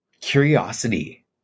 Curiosity